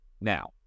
now